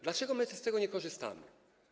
Dlaczego my z tego nie korzystamy?